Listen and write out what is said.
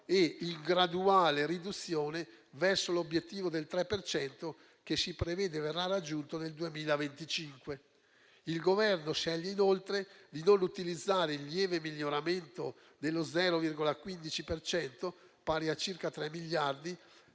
e la graduale riduzione verso l'obiettivo del 3 per cento che si prevede verrà raggiunto nel 2025. Il Governo sceglie inoltre di non utilizzare il lieve miglioramento dello 0,15 per cento, pari a circa tre miliardi,